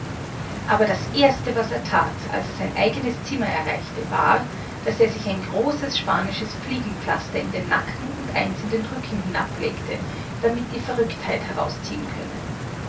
aber das erste was er that als er sein eigenes zimmer erreichte war daß er sich ein großes spanisches fliegenpflaster in den nacken und eins den rücken hinab legte damit die verrücktheit herausziehen könne